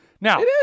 Now